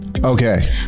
okay